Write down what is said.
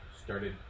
started